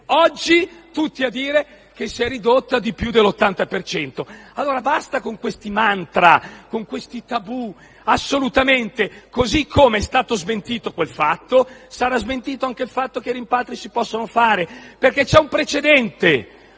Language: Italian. Oggi tutti a dire che si è ridotta di più dell'80 per cento. Basta con questi mantra e tabù. Così come è stato smentito quel fatto, sarà smentito anche il fatto che i rimpatri non si possono fare perché c'è un precedente: